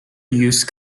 use